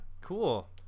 cool